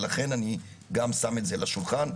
לכן אני גם שם את זה על השולחן.